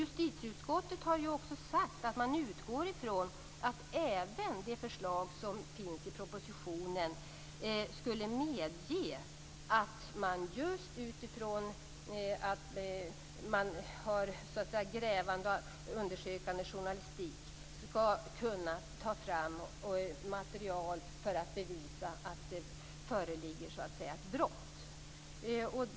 Justitieutskottet har också sagt att man utgår från att även propositionens förslag skulle medge att grävande och undersökande journalister kan ta fram material för att bevisa att det föreligger ett brott.